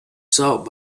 sought